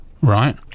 Right